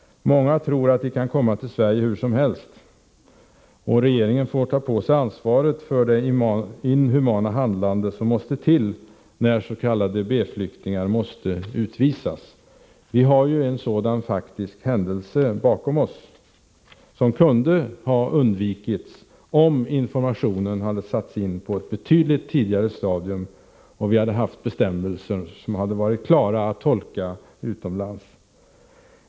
Många tror att de kan komma till Sverige hur som helst, och regeringen får ta på sig ansvaret för det inhumana handlande som måste till när s.k. B-flyktingar måste utvisas. Vi har en sådan faktisk händelse bakom oss. Den kunde ha undvikits, om informationen hade satts in på ett betydligt tidigare stadium och om vi hade haft bestämmelser som varit klara att tolka utomlands.